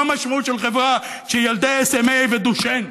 מה המשמעות של חברה שילדי ה-SMA ודושן,